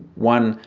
one,